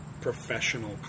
professional